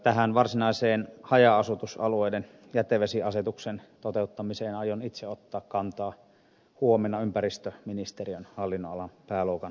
tähän varsinaiseen haja asutusalueiden jätevesiasetuksen toteuttamiseen aion itse ottaa kantaa huomenna ympäristöministeriön hallinnonalan pääluokan käsittelyssä